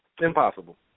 Impossible